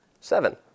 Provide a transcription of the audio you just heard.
Seven